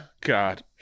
God